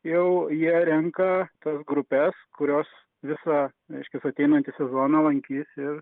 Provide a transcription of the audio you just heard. jau jie renka tas grupes kurios visą reiškias ateinantį sezoną lankys ir